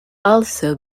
also